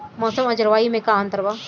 मौसम और जलवायु में का अंतर बा?